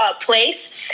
place